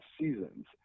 seasons